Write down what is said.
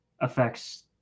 affects